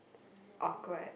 awkward